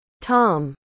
Tom